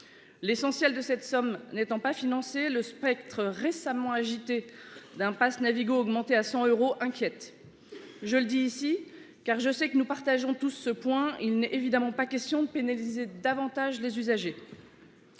L'essentiel de cette somme n'étant pas financé, le spectre récemment agité d'un passe Navigo augmenté à 100 euros inquiète. Je le dis ici, car je sais que nous partageons tous ce point de vue, il n'est évidemment pas question de pénaliser davantage les usagers.